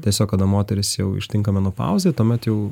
tiesiog kada moteris jau ištinka menopauzė tuomet jau